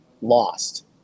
lost